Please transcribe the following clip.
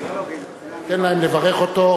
תן להם לברך אותו.